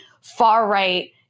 far-right